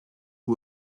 who